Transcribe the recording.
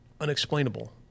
Unexplainable